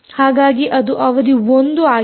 ಹಾಗಾಗಿ ಇದು ಅವಧಿ 1 ಆಗಿದೆ